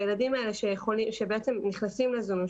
והילדים האלה שבעצם נכנסים לזומים,